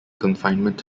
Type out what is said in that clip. confinement